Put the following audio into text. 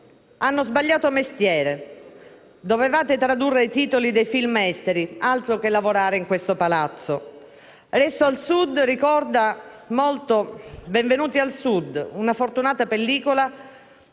abbiano sbagliato mestiere: dovevate tradurre i titoli dei film esteri; altro che lavorare in questo Palazzo! «Resto al Sud», ricorda molto «Benvenuti al Sud», una fortunata pellicola,